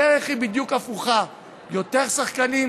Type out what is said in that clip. הדרך היא בדיוק הפוכה: יותר שחקנים,